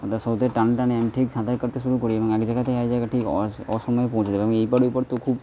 একটা স্রোতের টানে টানে আমি ঠিক সাঁতার কাটতে শুরু করি এবং এক জায়গা থেকে আর এক জায়গায় ঠিক অসময়ে পৌঁছে যাই এবং এই পার ওই পাড় তো খুব